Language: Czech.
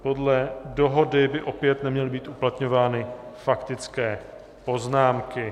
Podle dohody by opět neměly být uplatňovány faktické poznámky.